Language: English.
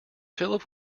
philip